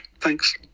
thanks